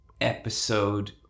episode